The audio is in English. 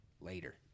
later